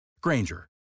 Granger